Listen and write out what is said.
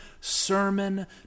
sermon